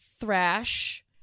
thrash